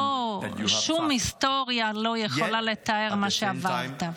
אין מילים ואין תיאור היסטורי שיכולים להציג את סבלכם.